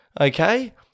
Okay